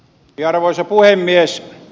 arvoisa puhemies